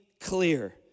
clear